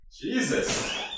jesus